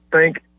thank